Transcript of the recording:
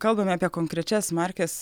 kalbam apie konkrečias markes